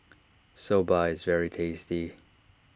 Soba is very tasty